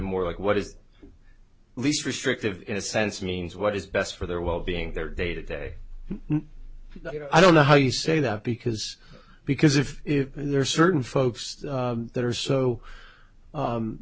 more like what is least restrictive in a sense means what is best for their wellbeing their day to day i don't know how you say that because because if if there are certain folks that are so